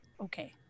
okay